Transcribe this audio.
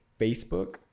Facebook